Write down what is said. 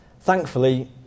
Thankfully